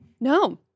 No